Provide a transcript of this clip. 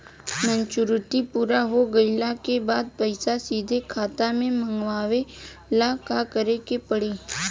Maturity पूरा हो गइला के बाद पईसा सीधे खाता में मँगवाए ला का करे के पड़ी?